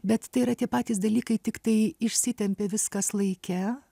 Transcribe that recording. bet tai yra tie patys dalykai tiktai išsitempia viskas laike